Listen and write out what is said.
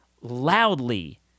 loudly